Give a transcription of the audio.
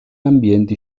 ambienti